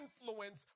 influence